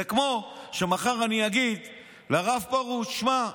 זה כמו שמחר אני אגיד לרב פרוש: שמע,